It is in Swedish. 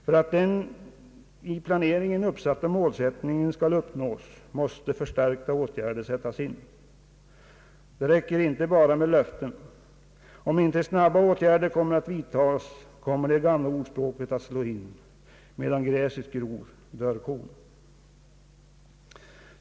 För att den i planeringen uppsatta målsättningen skall uppnås måste förstärkta åtgärder sättas in. Det räcker inte med löften. Om inte snabba åtgärder vidtages, kommer det gamla ordspråket att slå in: Medan gräset gror dör kon.